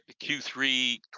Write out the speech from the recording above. Q3